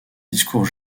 discours